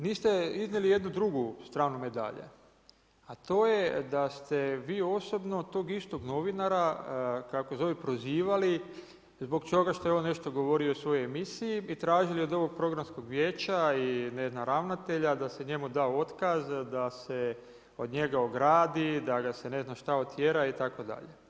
Niste iznijeli jednu drugu stranu medalje, a to je da ste vi osobno tog istog novinara prozivali zbog toga što je on nešto govorio u svojoj emisiji i tražili od ovog Programskog vijeća i ne znam ravnatelja da se njemu da otkaz, da se od njega ogradi, da ga se ne znam šta otjera itd.